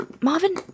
Marvin